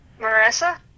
Marissa